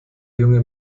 junge